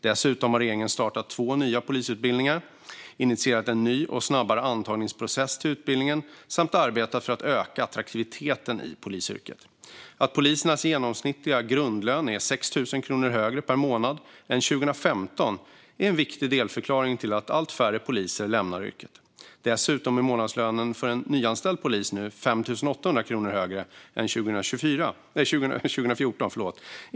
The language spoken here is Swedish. Dessutom har regeringen startat två nya polisutbildningar, initierat en ny och snabbare antagningsprocess till utbildningen samt arbetat för att öka attraktiviteten i polisyrket. Att polisernas genomsnittliga grundlön är 6 000 kronor högre per månad än 2015 är en viktig delförklaring till att allt färre poliser lämnar yrket. Dessutom är månadslönen för en nyanställd polis nu 5 800 kronor högre än 2014.